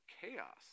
chaos